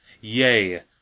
Yea